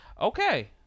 Okay